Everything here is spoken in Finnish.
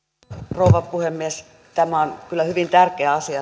rouva puhemies tämä eun huippukokous on kyllä hyvin tärkeä asia